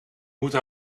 moeten